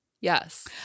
Yes